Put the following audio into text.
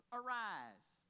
arise